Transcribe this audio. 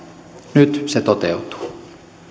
nyt se toteutuu